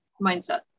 mindset